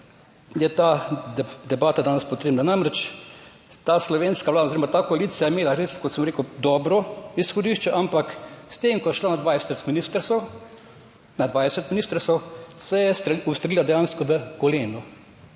je ta debata danes potrebna. Namreč ta slovenska Vlada oziroma ta koalicija je imela res, kot sem rekel, dobro izhodišče, ampak s tem, ko je šla na 20 ministrstev, na 20 ministrstev, se je ustrelila dejansko v koleno.